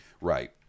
Right